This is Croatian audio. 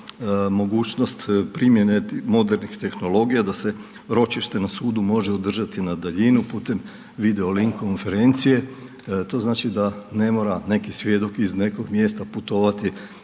mogućnost primjene modernih tehnologija, da se ročište na sudu može održati na daljinu, putem video link konferencije. To znači da ne mora neki svjedok iz nekog mjesta putovati